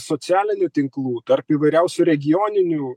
socialinių tinklų tarp įvairiausių regioninių